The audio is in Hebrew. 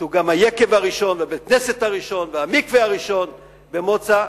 שהוא גם היקב הראשון ובית-הכנסת הראשון והמקווה הראשון במוצא,